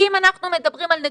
כי אם אנחנו מדברים על נתונים,